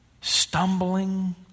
stumbling